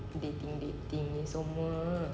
dating dating semua